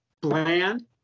bland